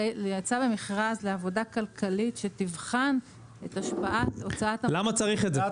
יצא במכרז לעבודה כלכלית שתבחן את השפעת הוצאת --- למה צריך את זה?